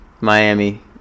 Miami